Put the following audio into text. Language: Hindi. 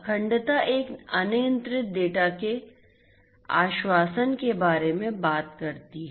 अखंडता एक अनियंत्रित डेटा के आश्वासन के बारे में बात करती है